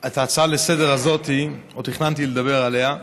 הזאת לסדר-היום עוד תכננתי לדבר עליה,